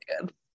good